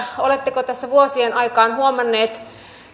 oletteko tässä vuosien aikaan huomanneet